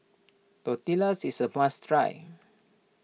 Tortillas is a must try